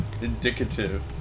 indicative